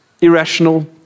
irrational